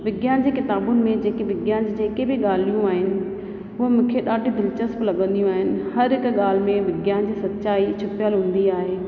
विज्ञान जी किताबुनि में जेके विज्ञान जूं जेके बि ॻाल्हियूं आहिनि हूअ मूंखे ॾाढियूं दिलचस्पु लॻंदियूं आहिनि हर हिक ॻाल्हि में विज्ञान जी सच्चाई छुपियल हूंदी आहे